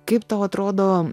kaip tau atrodo